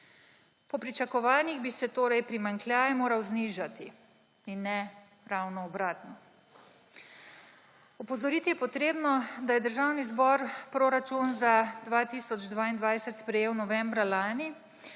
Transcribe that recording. Po pričakovanjih bi se torej primanjkljaj moral znižati in ne ravno obratno. Opozoriti je potrebno, da je Državni zbor proračun za 2022 sprejel novembra lani